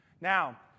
Now